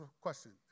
question